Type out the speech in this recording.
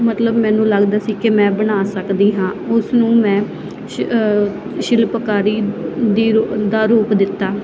ਮਤਲਬ ਮੈਨੂੰ ਲੱਗਦਾ ਸੀ ਕਿ ਮੈਂ ਬਣਾ ਸਕਦੀ ਹਾਂ ਉਸ ਨੂੰ ਮੈਂ ਸ਼ ਸ਼ਿਲਪਕਾਰੀ ਦੀ ਰੂ ਦਾ ਰੂਪ ਦਿੱਤਾ